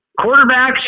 quarterbacks